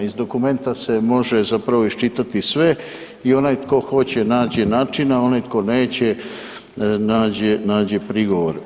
Iz dokumenta se može zapravo iščitati sve i onaj tko hoće nađe način, onaj tko neće, nađe prigovor.